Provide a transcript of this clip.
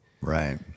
right